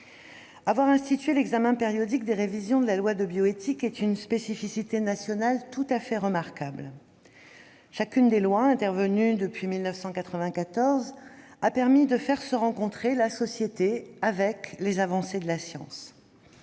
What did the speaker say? Avoir institué le réexamen périodique de la loi de bioéthique est une spécificité nationale tout à fait remarquable. Chacune des lois intervenues depuis 1994 a permis de faire se rencontrer la société et les avancées de la science.